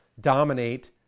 dominate